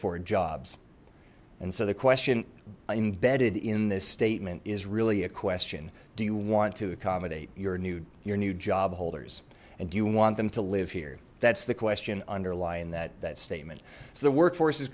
for jobs and so the question i'm embedded in this statement is really a question do you want to accommodate your new your new job holders and do you want them to live here that's the question underlying that that statement so the workforce is